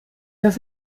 dass